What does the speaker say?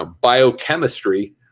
biochemistry